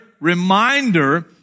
reminder